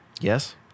Yes